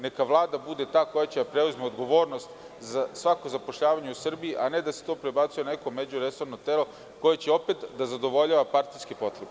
Neka Vlada bude ta koja će da preduzme odgovornost za svako zapošljavanje u Srbiji, a ne da se to prebacuje na neko međuresorno telo koje će opet da zadovoljava partijske potrebe.